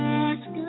ask